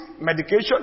medication